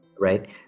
right